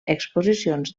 exposicions